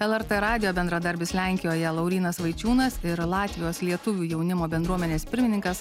lrt radijo bendradarbis lenkijoje laurynas vaičiūnas ir latvijos lietuvių jaunimo bendruomenės pirmininkas